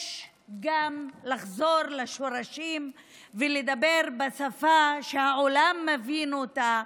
יש גם לחזור לשורשים ולדבר בשפה שהעולם מבין אותה.